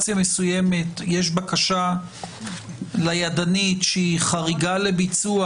בקשה למסירה ידנית שהיא חריגה לביצוע?